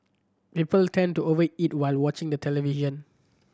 people tend to over eat while watching the television